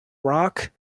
rock